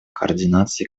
координации